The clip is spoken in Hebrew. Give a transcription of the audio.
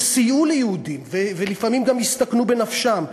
שסייעו ליהודים, ולפעמים גם הסתכנו בנפשם,